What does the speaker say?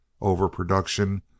overproduction